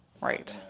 right